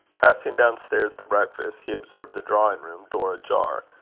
passing downstairs to breakfast, he observed the drawing-room door ajar,